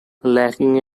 lacking